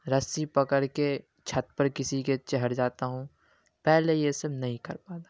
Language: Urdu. رسی پکڑ کے چھت پر کسی کے چڑھ جاتا ہوں پہلے یہ سب نہیں کرتا پاتا تھا